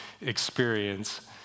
experience